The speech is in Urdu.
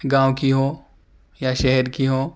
گاؤں کی ہوں یا شہر کی ہوں